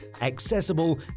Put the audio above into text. accessible